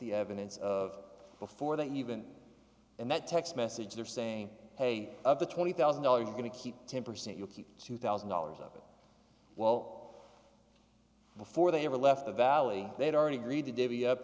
the evidence of before they even and that text message they're saying hey of the twenty thousand dollars i'm going to keep ten percent you'll keep two thousand dollars of it well before they ever left the valley they've already agreed to divvy up